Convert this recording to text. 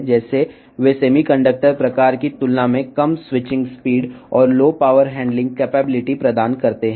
అయినప్పటికీ సెమీకండక్టర్ రకం స్విచ్లతో పోలిస్తే ఈ స్విచ్లు తక్కువ స్విచ్చింగ్ వేగం మరియు తక్కువ విద్యుత్ నిర్వహణ సామర్థ్యాన్ని అందించడం వంటి సవాళ్లు కలిగి ఉన్నవి